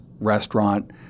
restaurant